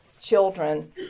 children